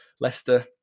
Leicester